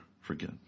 forget